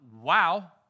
wow